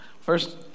first